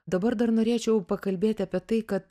dabar dar norėčiau pakalbėti apie tai kad